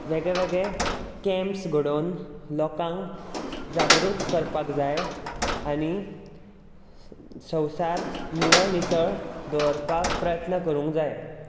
वेगळे वेगळे कँप्स घडोवन लोकांक जागृत करपाक जाय आनी संवसार निवळ नितळ दवरपाक प्रयत्न करूंक जाय